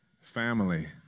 family